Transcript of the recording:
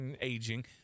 aging